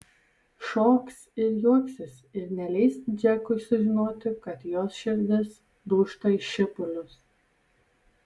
šoks ir juoksis ir neleis džekui sužinoti kad jos širdis dūžta į šipulius